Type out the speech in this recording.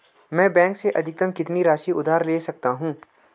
मैं बैंक से अधिकतम कितनी राशि उधार ले सकता हूँ?